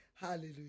Hallelujah